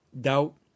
doubt